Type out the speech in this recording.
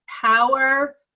power